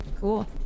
Cool